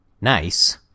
nice